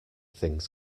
things